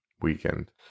weekend